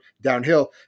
downhill